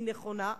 היא נכונה.